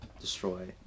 destroy